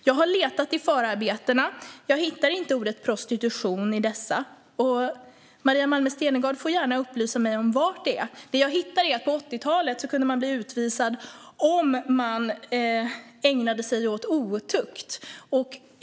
Jag har letat i förarbetena. Jag hittar inte ordet prostitution i där. Maria Malmer Stenergard får gärna upplysa mig om var det står. Det som jag hittar är att man på 1980-talet kunde bli utvisad om man ägnade sig åt otukt.